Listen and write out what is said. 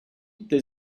there